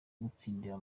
gutsindira